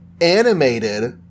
Animated